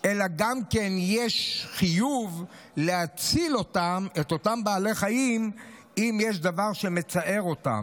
אלא גם יש חיוב להציל את אותם בעלי חיים אם יש דבר שמצער אותם,